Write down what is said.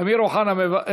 אמיר אוחנה,